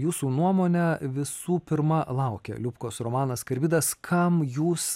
jūsų nuomone visų pirma laukia liubkos romanas karbidas kam jūs